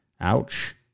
Ouch